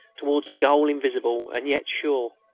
towards a goal invisible and yet sure.